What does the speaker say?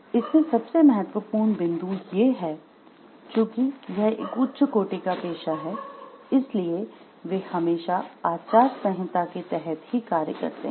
इसमें सबसे महत्वपूर्ण बिंदु ये है चूँकि यह एक उच्च कोटि का पेशा है इसीलिए वे हमेशा आचार संहिता के तहत ही कार्य करते है